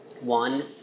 one